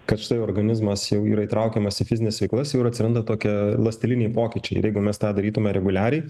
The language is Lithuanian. kad štai organizmas jau yra įtraukiamas į fizines veiklas jau ir atsiranda tokie ląsteliniai pokyčiai jeigu mes tą darytume reguliariai